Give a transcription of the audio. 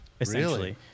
essentially